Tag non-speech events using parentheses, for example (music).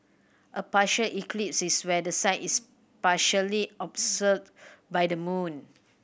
a partial eclipse is where the sun is partially (unintelligible) by the moon